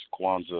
Kwanzaa